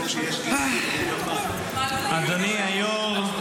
אדוני היו"ר,